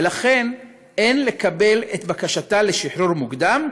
ולכן אין לקבל את בקשתה לשחרור מוקדם,